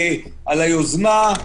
על היוזמה,